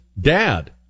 dad